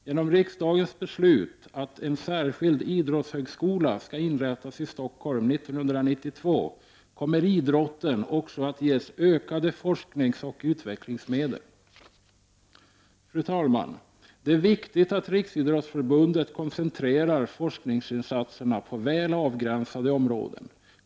Genom riksdagens beslut att en särskild idrottshögskola skall inrättas i Stockholm 1992 kommer idrotten också att ges ökade forskningsoch utvecklingsmedel. Det är viktigt att Riksidrottförbundet koncentrerar forskningsinsatserna på väl avgränsade områden.